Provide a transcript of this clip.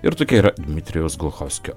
ir tokia yra dmitrijaus gluchovskio